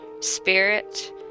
spirit